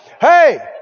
Hey